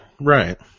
right